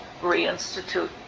reinstitute